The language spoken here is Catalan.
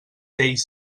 tic